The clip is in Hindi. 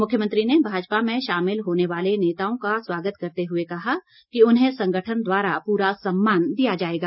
मुख्यमंत्री ने भाजपा में शामिल होने वाले नेताओं का स्वागत करते हुए कहा कि उन्हें संगठन द्वारा पूरा सम्मान दिया जाएगा